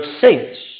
saints